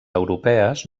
europees